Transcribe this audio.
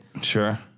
Sure